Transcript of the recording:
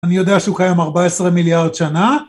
אני יודע שהוא קיים 14 מיליארד שנה.